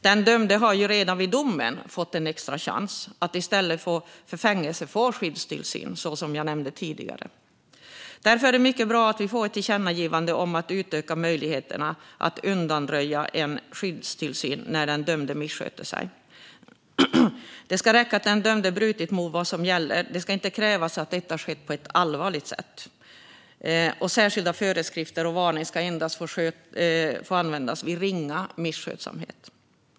Den dömde har ju redan vid domen fått en extra chans att i stället för fängelse få skyddstillsyn, så som jag tidigare nämnde. Därför är det mycket bra att vi får ett tillkännagivande om att utöka möjligheterna att undanröja en skyddstillsyn när en dömd missköter sig. Det ska räcka att den dömde brutit mot vad som gäller; det ska inte krävas att detta skett "på ett allvarligt sätt". Särskilda föreskrifter och varning ska endast få användas vid ringa misskötsamhet.